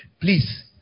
please